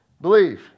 believe